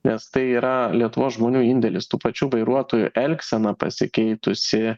nes tai yra lietuvos žmonių indėlis tų pačių vairuotojų elgsena pasikeitusi